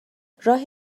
راه